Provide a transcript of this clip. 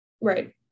Right